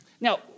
now